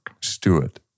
Stewart